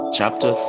chapter